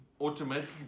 automatically